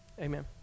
amen